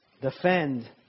defend